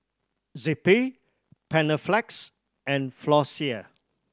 Zappy Panaflex and Floxia